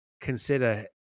consider